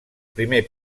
primer